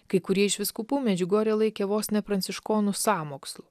kai kurie iš vyskupų medžiugorję laikė vos ne pranciškonų sąmokslu